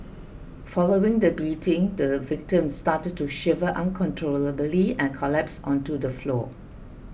following the beating the victim started to shiver uncontrollably and collapsed onto the floor